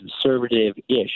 conservative-ish